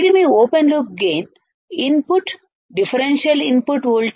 ఇది మీ open loop gain input differential input voltage Vi1 Vi2